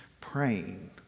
praying